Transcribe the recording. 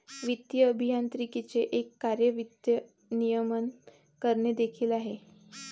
वित्तीय अभियांत्रिकीचे एक कार्य वित्त नियमन करणे देखील आहे